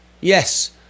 Yes